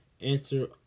Answer